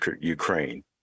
ukraine